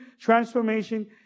transformation